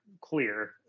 clear